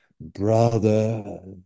brother